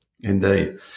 indeed